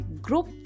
group